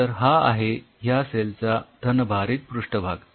तर हा आहे ह्या सेल चा धनभारित पृष्ठभाग